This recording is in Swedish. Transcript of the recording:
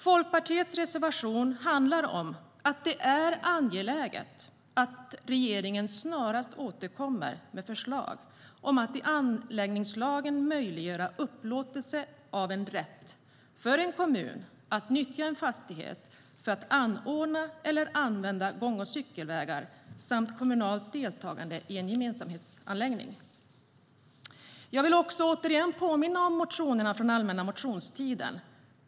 Folkpartiets reservation handlar om att det är angeläget att regeringen snarast återkommer med förslag om att i anläggningslagen möjliggöra upplåtelse av en rätt för en kommun att nyttja en fastighet för att anordna eller använda gång och cykelvägar samt kommunalt deltagande i en gemensamhetsanläggning. Jag vill återigen påminna om motionerna från allmänna motionstiden.